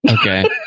okay